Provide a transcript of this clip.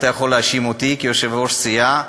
אתה יכול להאשים אותי כיושב-ראש הסיעה,